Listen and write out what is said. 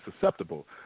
susceptible